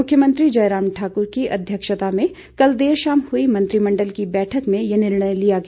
मुख्मयंत्री जयराम ठाकुर की अध्यक्षता में कल देर शाम हुई मंत्रिमंडल की बैठक में यह निर्णय लिया गया